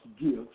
gifts